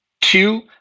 Two